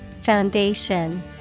Foundation